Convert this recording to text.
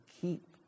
keep